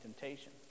temptation